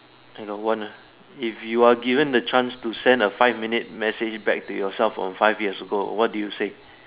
I know one lah if you are given the chance to send a five minute message back to yourself from five years ago what do you say